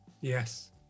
Yes